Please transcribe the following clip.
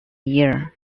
year